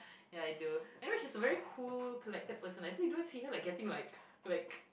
ya I do I mean she's a very cool collected person so you don't see her like getting like for like